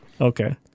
Okay